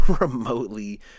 remotely